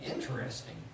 interesting